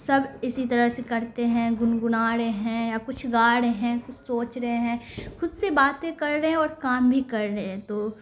سب اسی طرح سے کرتے ہیں گنگنا رہے ہیں یا کچھ گا رہے ہیں کچھ سوچ رہے ہیں خود سے باتیں کر رہے ہیں اور کام بھی کر رہے ہیں تو